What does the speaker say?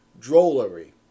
Drollery